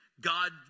God